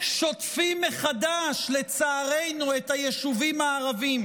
שוטפים מחדש, לצערנו, את היישובים הערביים,